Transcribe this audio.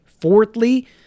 Fourthly